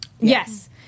Yes